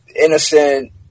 innocent